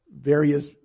various